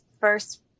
first